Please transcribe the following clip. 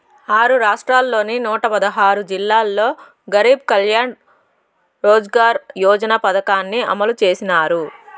ఆరు రాష్ట్రాల్లోని నూట పదహారు జిల్లాల్లో గరీబ్ కళ్యాణ్ రోజ్గార్ యోజన పథకాన్ని అమలు చేసినారు